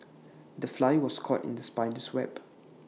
the fly was caught in the spider's web